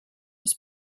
was